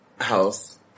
house